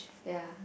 ya